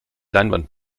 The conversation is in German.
leinwand